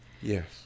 Yes